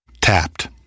Tapped